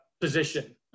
position